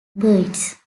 byrds